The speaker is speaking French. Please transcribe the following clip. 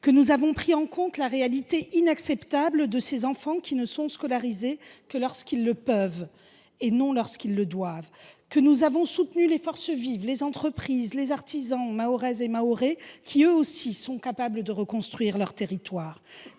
Que nous avons pris en compte la réalité inacceptable de ces enfants qui ne sont scolarisés que lorsqu’ils le peuvent, et non lorsqu’ils le doivent ? Que nous avons soutenu les forces vives mahoraises, les entreprises, les artisans, qui eux aussi sont capables de reconstruire leur territoire